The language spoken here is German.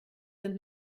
sind